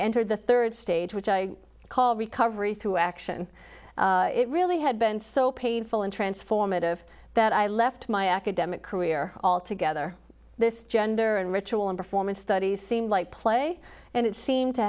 entered the third stage which i call recovery through action it really had been so painful and transformative that i left my academic career all together this gender and ritual in performance studies seemed like play and it seemed to